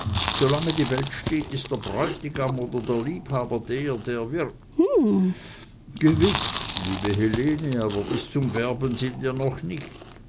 solange die welt steht ist der bräutigam oder der liebhaber der der wirbt gewiß liebe helene aber bis zum werben sind wir noch nicht